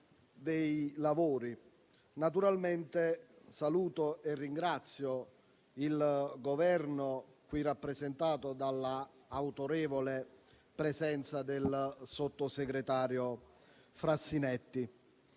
dei lavori. Naturalmente, saluto e ringrazio il Governo, qui rappresentato dalla autorevole presenza del sottosegretario Frassinetti.